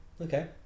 Okay